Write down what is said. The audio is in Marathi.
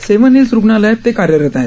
सेव्हन हील्स रुग्णालयात ते कार्यरत आहेत